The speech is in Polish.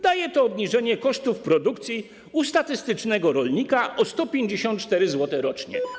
Daje to obniżenie kosztów produkcji u statystycznego rolnika o 154 zł rocznie.